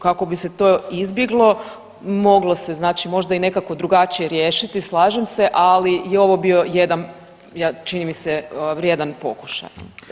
Kako bi se to izbjeglo, moglo se znači možda i nekako drugačiji riješiti, slažem se, ali je ovo bio jedan, čini mi se, vrijedan pokušaj.